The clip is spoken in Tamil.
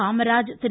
காமராஜ் திரு